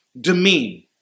demean